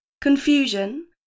confusion